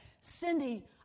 Cindy